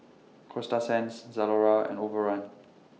Coasta Sands Zalora and Overrun